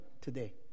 today